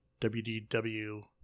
WDW